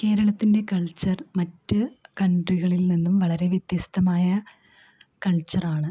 കേരളത്തിൻ്റെ കൾച്ചർ മറ്റ് കൺട്രികളിൽ നിന്നും വളരെ വ്യത്യസ്തമായ കൾച്ചറാണ്